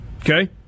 Okay